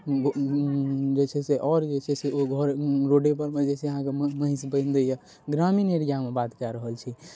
जे छै से आओर जे छै से ओ घर रोडेपर मे जे छै अहाँके महींस बान्हि दइए ग्रामिण एरियामे बात कए रहल छी